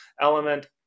element